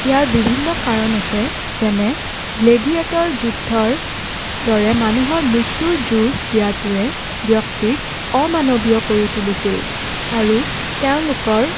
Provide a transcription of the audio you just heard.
ইয়াৰ বিভিন্ন কাৰণ আছে যেনে গ্লেডিয়েটৰ যুদ্ধৰ দৰে মানুহৰ মৃত্যুৰ যুঁজ দিয়টোৱে ব্যক্তিক অমানৱীয় কৰি তুলিছিল আৰু তেওঁলোকৰ